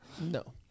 No